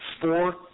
four